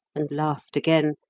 and laughed again,